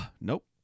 Nope